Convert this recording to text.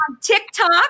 TikTok